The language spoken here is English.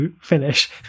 finish